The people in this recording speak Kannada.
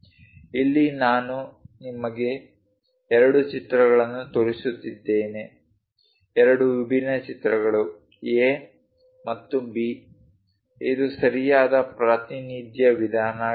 ಇಲ್ಲಿ ನಾನು ನಿಮಗೆ ಎರಡು ಚಿತ್ರಗಳನ್ನು ತೋರಿಸುತ್ತಿದ್ದೇನೆ ಎರಡು ವಿಭಿನ್ನ ಚಿತ್ರಗಳು A ಮತ್ತು B ಇದು ಸರಿಯಾದ ಪ್ರಾತಿನಿಧ್ಯ ವಿಧಾನವಾಗಿದೆ